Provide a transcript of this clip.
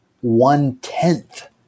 one-tenth